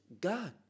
God